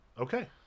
Okay